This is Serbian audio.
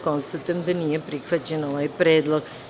Konstatujem da nije prihvaćen ovaj predlog.